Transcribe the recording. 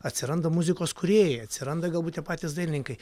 atsiranda muzikos kūrėjai atsiranda galbūt tie patys dainininkai